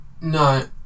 No